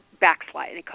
backslide